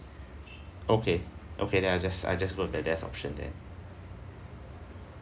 okay okay then I just I just know that as an option then